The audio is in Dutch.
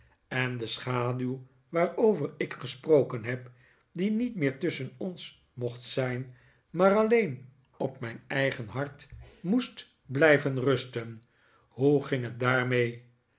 en de schaduw waarover ik gesproken heb die niet meer tusschen ons mocht zijn maar alleen op mijn eigen hart moest blijven rusten hoe ging het daarmee